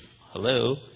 hello